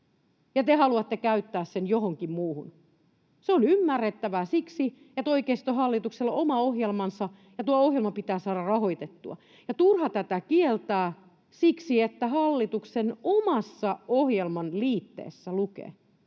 ja te haluatte käyttää sen johonkin muuhun. Se on ymmärrettävää siksi, että oikeistohallituksella on oma ohjelmansa ja tuo ohjelma pitää saada rahoitettua. Turha tätä on kieltää siksi, että hallituksen omassa ohjelman liitteessä lukee,